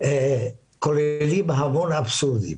והם כוללים המון אבסורדים.